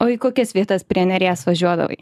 o į kokias vietas prie neries važiuodavai